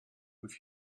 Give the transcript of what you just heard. with